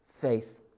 faith